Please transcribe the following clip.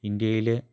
ഇന്ത്യയിലെ